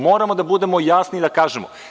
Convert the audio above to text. Moramo da budemo jasni i da kažemo.